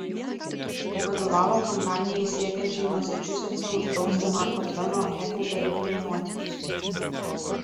vadovavo kampanijai siekiančiai masačusetse uždrausti marko tveno heklberio fino nuotykius